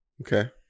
Okay